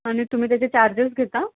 आणि तुम्ही त्याचे चार्जेस घेता